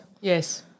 yes